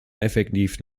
effektiv